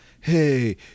hey